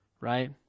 right